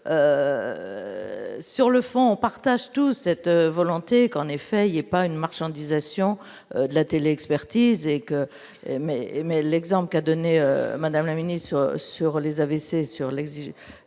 sur le fond, pas. Tâche tous cette volonté qu'en effet il y a pas une marchandisation de la télé-expertise et que mais mais l'exemple qu'a donné, madame la ministre sur les AVC sur l'exigent